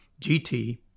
GT